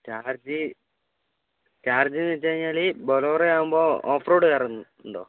charge ചാർജെന്നു വച്ചു കഴിഞ്ഞാൽ ബൊലോറോയാകുമ്പോൾ ഓഫ്റോഡ് കയറുന്നുണ്ടോ